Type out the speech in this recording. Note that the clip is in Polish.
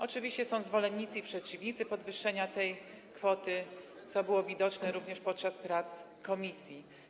Oczywiście są zwolennicy i przeciwnicy podwyższenia tej kwoty, co było widoczne również podczas prac komisji.